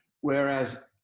Whereas